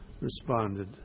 responded